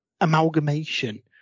amalgamation